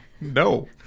no